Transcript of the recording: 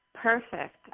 Perfect